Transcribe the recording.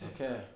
Okay